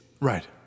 Right